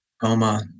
coma